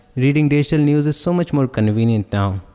reading digital news is so much more convenient now.